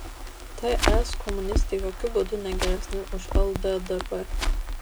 ts komunistai jokiu būdu ne geresni už lddp